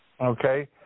Okay